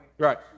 Right